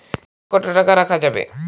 Account কত টাকা রাখা যাবে?